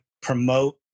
promote